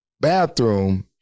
bathroom